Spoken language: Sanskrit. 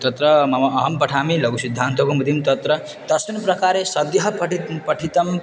तत्र मम अहं पठामि लघुसिद्धान्तकौमुदीं तत्र तस्मिन् प्रकारे सद्यः पठि पठितम्